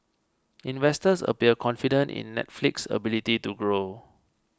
investors appear confident in Netflix's ability to grow